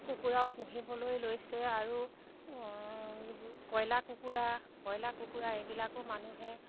কুকুৰাও পুহিবলৈ লৈছে আৰু এইবোৰ কইলাৰ কুকুৰা ব্ৰইলাৰ কুকুৰা এইবিলাকো মানুহে